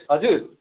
हजुर